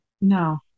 No